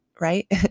right